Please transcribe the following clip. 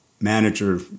manager